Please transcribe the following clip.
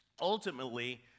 Ultimately